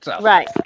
Right